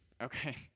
Okay